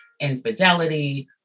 infidelity